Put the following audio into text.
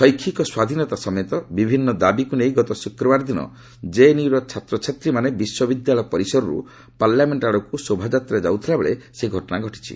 ଶୈକ୍ଷିକ ସ୍ୱାଧୀନତା ସମେତ ବିଭିନ୍ନ ଦାବିକୁ ନେଇ ଗତ ଶୁକ୍ରବାର ଦିନ ଜେଏନ୍ୟୁର ଛାତ୍ରଛାତ୍ରୀମାନେ ବିଶ୍ୱବିଦ୍ୟାଳୟ ପରିସରରୁ ପାର୍ଲାମେଣ୍ଟ ଆଡ଼କୁ ଶୋଭାଯାତ୍ୱାରେ ଯାଉଥିବାବେଳେ ସେହି ଘଟଣା ଘଟିଥିଲା